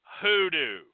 hoodoo